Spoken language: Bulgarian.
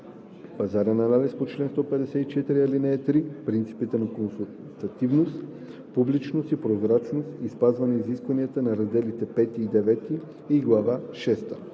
пазарен анализ по чл. 154, ал. 3, принципите на консултативност, публичност и прозрачност и спазва изискванията на раздели V и IX и глава шеста.